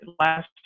Last